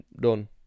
done